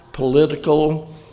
political